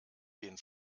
den